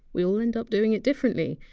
we all end up doing it differently.